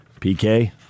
PK